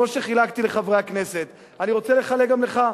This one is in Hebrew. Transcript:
כמו שחילקתי לחברי הכנסת אני רוצה לחלק גם לך.